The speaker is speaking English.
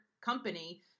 company